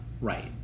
Right